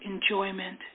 enjoyment